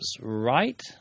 right